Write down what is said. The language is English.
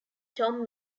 tom